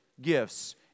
gifts